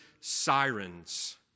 sirens